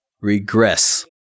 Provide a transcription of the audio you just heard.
regress